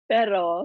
Pero